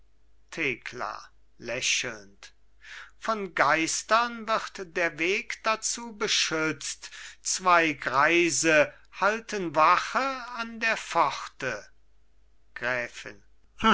thekla lächelnd von geistern wird der weg dazu beschützt zwei greife halten wache an der pforte gräfin